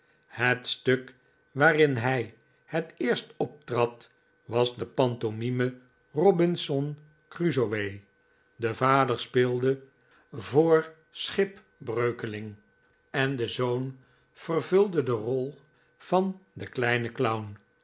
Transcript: het stuk waarin hij het eerst optrad was de pantomime robinson crusoe de vader speelde voor schipbreukeling en de zoon vervulde de rol van den kleinen clown